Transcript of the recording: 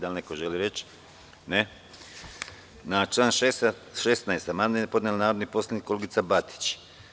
Da li neko želi reč? (Ne.) Na član 16. amandman je podnela narodni poslanik Olgica Batić.